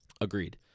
Agreed